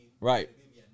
right